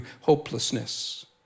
hopelessness